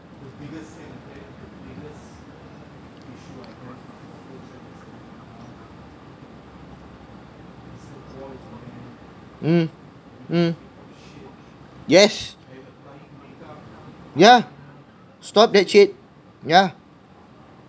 um um yes yeah stop that shit yeah